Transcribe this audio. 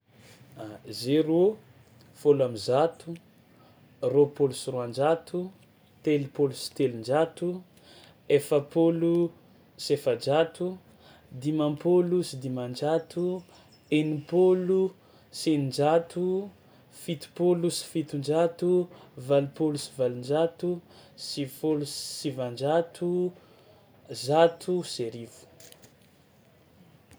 A zéro, fôlo am'zato, roapôlo sy roanjato, telopôlo sy telonjato, efapôlo sy efajato, dimampôlo sy dimanjato, enimpôlo sy eninjato, fitopôlo sy fitonjato, valopôlo sy valonjato, sivifôlo sy sivanjato, zato sy arivo.